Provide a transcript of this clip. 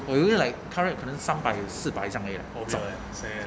我以为 like car ride 可能三百四百而已 eh 中